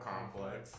Complex